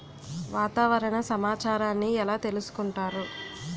వాతావరణ సమాచారాన్ని ఎలా తెలుసుకుంటారు?